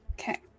Okay